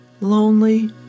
Lonely